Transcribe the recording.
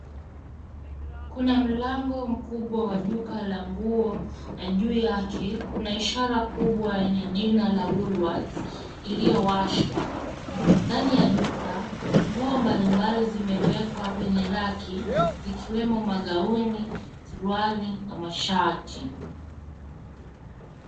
Kuna mlango mkubwa wa duka la nguo na juu yake kuna ishara kubwa yenye jina ya WOOLWORTHS iliyo washwa. Ndani ya duka nguo mbalimbali zimewekwa kwenye raki zikiwemo magauni ,suruali na mashati.